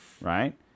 right